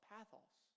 Pathos